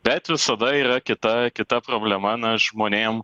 bet visada yra kita kita problema na žmonėm